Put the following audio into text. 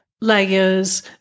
layers